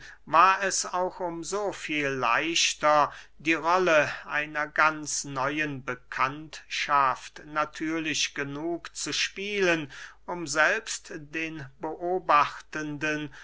war es auch um so viel leichter die rolle einer ganz neuen bekanntschaft natürlich genug zu spielen um selbst den beobachtenden